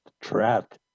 trapped